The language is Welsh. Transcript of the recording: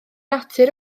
natur